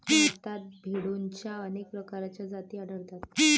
भारतात भेडोंच्या अनेक प्रकारच्या जाती आढळतात